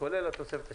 כולל התוספת השנייה.